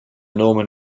norman